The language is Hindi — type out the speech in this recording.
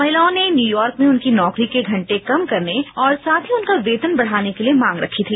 महिलाओं ने न्यूयॉर्क में उनकी नौकरी के घंटे कम करने और साथ ही उनका वेतन बढ़ाने के लिए मांग रखी थी